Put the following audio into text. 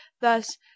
thus